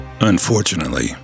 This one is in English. Unfortunately